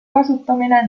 kasutamine